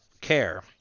care